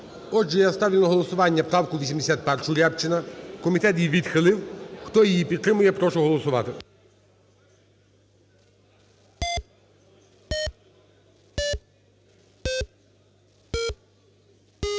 Отже, я ставлю на голосування правку 81 Рябчина, комітет її відхилив. Хто її підтримує, я прошу голосувати.